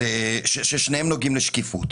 זה ששניהם נוגעים לשקיפות.